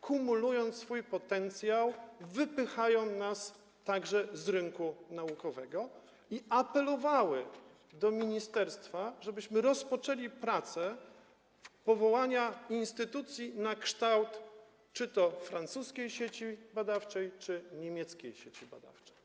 kumulując swój potencjał, wypychają nas także z rynku naukowego, i apelowała do ministerstwa, żebyśmy rozpoczęli pracę nad powołaniem instytucji na kształt francuskiej czy niemieckiej sieci badawczej.